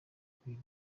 kuri